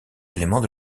éléments